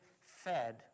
fed